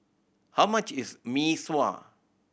how much is Mee Sua